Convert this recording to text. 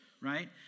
right